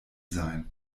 sein